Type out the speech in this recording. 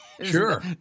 sure